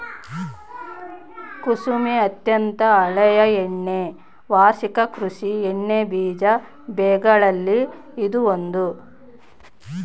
ಕುಸುಮೆ ಅತ್ಯಂತ ಹಳೆಯ ಎಣ್ಣೆ ವಾರ್ಷಿಕ ಕೃಷಿ ಎಣ್ಣೆಬೀಜ ಬೆಗಳಲ್ಲಿ ಇದು ಒಂದು